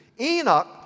Enoch